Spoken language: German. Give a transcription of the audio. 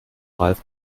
ralf